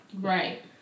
Right